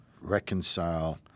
reconcile